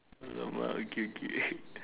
alamak okay okay